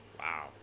Wow